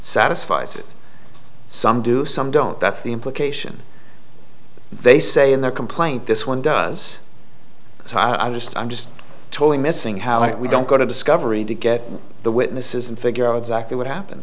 satisfies it some do some don't that's the implication they say in the complaint this one does so i just i'm just totally missing how if we don't go to discovery to get the witnesses and figure out exactly what happened